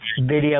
video